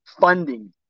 funding